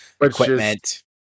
equipment